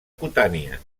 cutània